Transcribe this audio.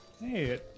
Hey